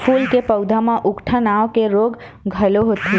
फूल के पउधा म उकठा नांव के रोग घलो होथे